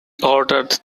ordered